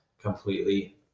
completely